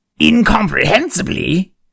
incomprehensibly